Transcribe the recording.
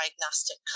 diagnostic